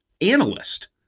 analyst